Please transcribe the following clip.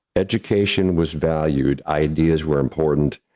education was valued, ideas were important,